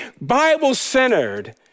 Bible-centered